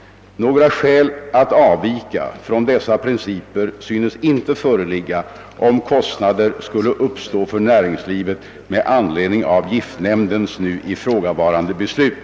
Några skäl att avvika från dessa principer synes inte föreligga om kostnader skulle uppstå för näringslivet med anledning av giftnämndens ifrågavarande beslut.